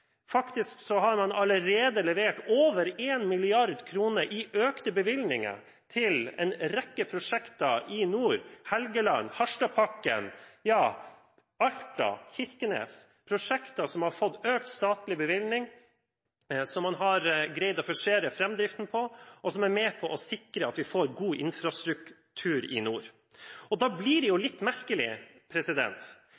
har man allerede levert over 1 mrd. kr i økte bevilgninger til en rekke prosjekter i nord: Helgeland, Harstad-pakken, Alta og Kirkenes. Dette er prosjekter som har fått økt statlig bevilgning, som man har greid å forsere framdriften på, og som er med på å sikre at vi får god infrastruktur i nord. Da blir det